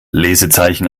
lesezeichen